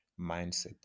mindset